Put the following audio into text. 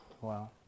Wow